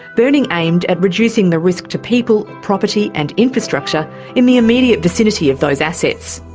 burning aimed at reducing the risk to people, property and infrastructure in the immediate vicinity of those assets.